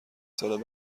سال